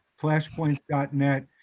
flashpoints.net